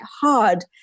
hard